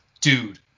Dude